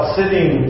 sitting